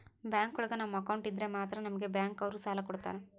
bank ಒಳಗ ನಮ್ account ಇದ್ರೆ ಮಾತ್ರ ನಮ್ಗೆ ಬ್ಯಾಂಕ್ ಅವ್ರು ಸಾಲ ಕೊಡ್ತಾರ